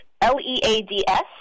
L-E-A-D-S